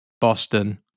Boston